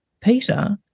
Peter